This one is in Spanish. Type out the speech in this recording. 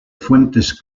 fuentes